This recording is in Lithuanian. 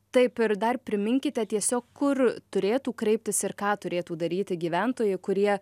taip ir dar priminkite tiesiog kur turėtų kreiptis ir ką turėtų daryti gyventojai kurie